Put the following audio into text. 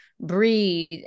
breathe